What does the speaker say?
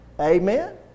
Amen